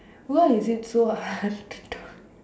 why is it so hard to